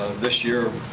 this year,